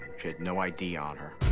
she had no i d. on her.